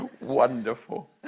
wonderful